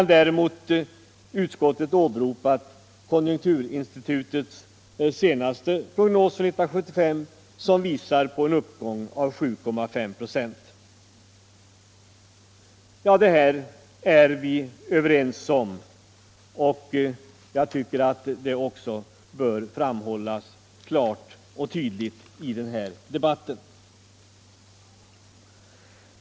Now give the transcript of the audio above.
För 1975 åberopar utskottet konjunkturinstitutets senaste prognos, som visar på en uppgång på 7,5 96. Detta är vi överens om, och det bör också framhållas klart och tydligt i debatten.